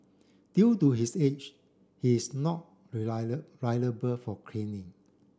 due to his age he is not liable for craning